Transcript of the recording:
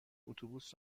اتوبوس